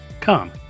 Come